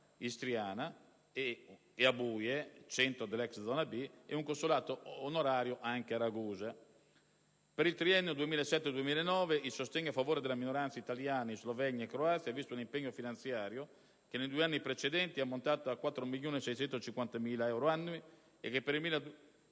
istriana, e a Buie, centro dell'ex Zona B) e un consolato onorario a Ragusa. Per il triennio 2007-2009 il sostegno a favore della minoranza italiana in Slovenia e Croazia ha visto un impegno finanziario che nei due anni precedenti è ammontato a 4.650.000 euro annui e che per il